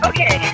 Okay